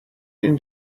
این